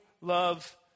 love